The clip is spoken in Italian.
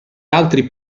altri